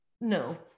no